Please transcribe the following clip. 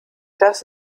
das